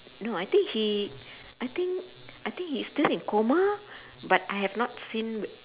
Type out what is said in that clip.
no I think he I think I think he's still in coma but I have not seen